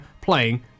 playing